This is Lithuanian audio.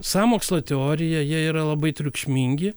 sąmokslo teorija jie yra labai triukšmingi